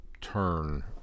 turn